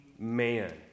Man